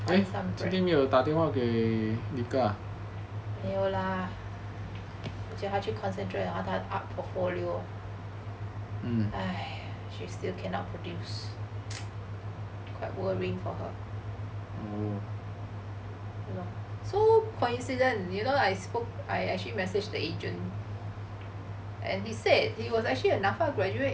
没有 lah 我叫他去 concentrate on 他的 art portfolio she still cannot produce quite worried for her so coincident you know I spoke I actually message the agent and he said he was actually N_A_F_A graduate